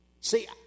See